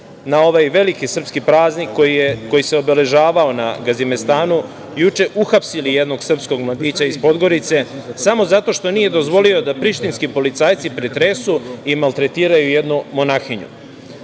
na ovaj veliki srpski praznik koji se obeležavao na Gazimestanu, juče uhapsili jednog srpskog mladića iz Podgorice, samo zato što nije dozvolio da Prištinski policajci pretresu i maltretiraju jednu monahinju. Kolika